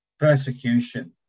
Persecution